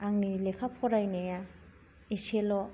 आंनि लेखा फरायनाया एसेल'